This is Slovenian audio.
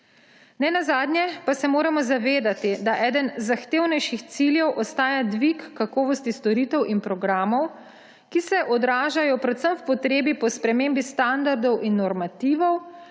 Nenazadnje pa se moramo zavedati, da eden zahtevnejših ciljev ostaja dvig kakovosti storitev in programov, ki se odražajo predvsem v potrebi po spremembi standardov in normativov,